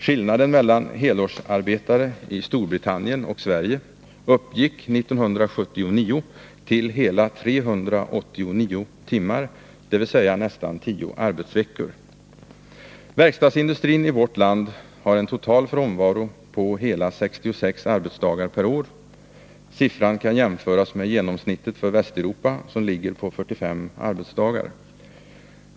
Skillnaden mellan helårsarbetare i Storbritannien och Sverige uppgick 1979 till hela 389 timmar, dvs. nästan 10 arbetsveckor. Verkstadsindustrin i vårt land har en total frånvaro på hela 66 arbetsdagar per år. Siffran kan jämföras med genomsnittet för Västeuropa som ligger på 45 arbetsdagar.